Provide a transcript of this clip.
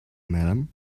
madam